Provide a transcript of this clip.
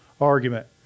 argument